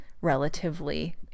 relatively